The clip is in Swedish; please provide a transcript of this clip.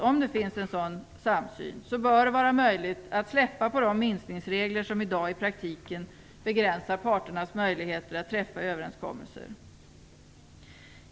Om det finns en sådan samsyn bör det vara möjligt att släppa på de minskningsregler som i dag i praktiken begränsar parternas möjligheter att träffa överenskommelser.